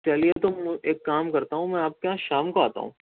چلیے تو ایک کام کرتا ہوں میں آپ کے یہاں شام کو آتا ہوں